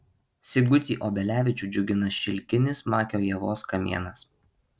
sigutį obelevičių džiugina šilkinis makio ievos kamienas